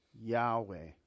Yahweh